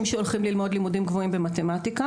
שהולכים ללמוד לימודים גבוהים במתמטיקה.